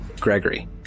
Gregory